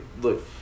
Look